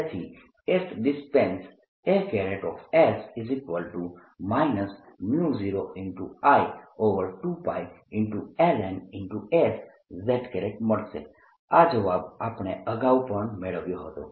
તેથી s dependence A 0I2πln s z મળશે આ જવાબ આપણે અગાઉ પણ મેળવ્યો હતો